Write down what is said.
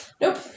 Nope